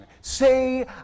Say